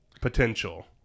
potential